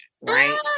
right